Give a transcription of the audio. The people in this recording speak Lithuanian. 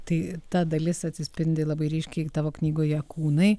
tai ta dalis atsispindi labai ryškiai tavo knygoje kūnai